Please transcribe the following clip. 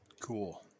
cool